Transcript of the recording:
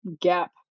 gap